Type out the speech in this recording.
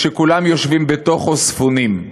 כשכולם יושבים בתוכו ספונים,